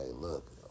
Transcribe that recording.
look